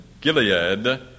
Gilead